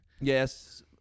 Yes